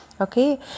okay